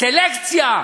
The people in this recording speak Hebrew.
סלקציה?